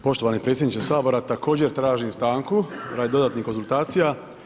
Poštovani predsjedniče Sabora, također tražim stanku radi dodatnih konzultacija.